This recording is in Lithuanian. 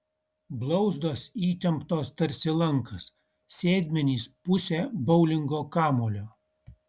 blauzdos įtemptos tarsi lankas sėdmenys pusė boulingo kamuolio